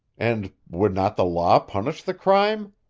and would not the law punish the crime?